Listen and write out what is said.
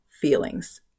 feelings